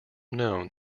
known